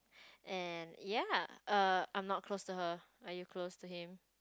and ya err I'm not close to her are you close to him